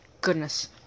goodness